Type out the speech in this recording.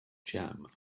jam